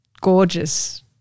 gorgeous